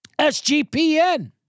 SGPN